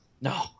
No